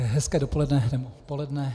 Hezké dopoledne nebo poledne?